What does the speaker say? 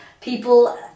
people